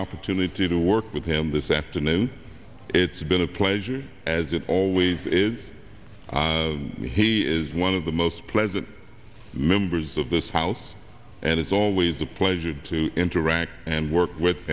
opportunity to work with him this afternoon it's been a pleasure as it always is he is one of the most pleasant members of this house and it's always a pleasure to interact and work with